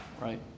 right